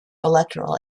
electoral